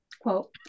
quote